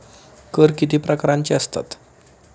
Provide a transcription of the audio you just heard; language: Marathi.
कर किती प्रकारांचे असतात?